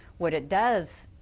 what it does,